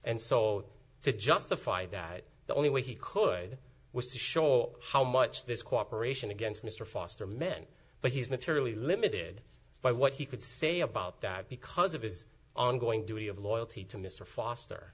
and so to justify that the only way he could was to show how much this cooperation against mr foster men but he's materially limited by what he could say about that because of his ongoing duty of loyalty to mr foster